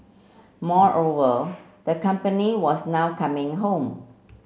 moreover the company was now coming home